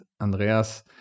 Andreas